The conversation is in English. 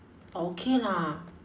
okay lah